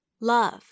Love